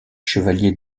chevalier